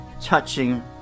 touching